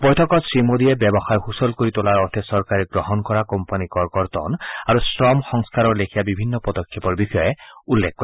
বৈঠকত শ্ৰীমোদীয়ে ব্যৱসায় সূচল কৰি তোলাৰ অৰ্থে চৰকাৰে গ্ৰহণ কৰা কোম্পানী কৰ কৰ্তন আৰু শ্ৰম সংস্কাৰৰ লেখিয়া বিভিন্ন পদক্ষেপৰ বিষয়ে উল্লেখ কৰে